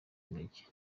ingagi